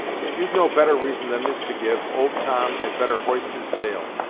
if you've no better reason than this to give, old tom had better hoist his sail,